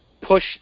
push